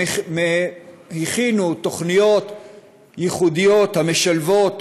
הם הכינו תוכניות ייחודיות המשלבות